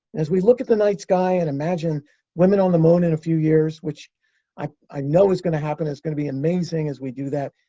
as we look at the night sky and imagine women on the moon in a few years, which i know is gonna happen, and it's gonna be amazing as we do that,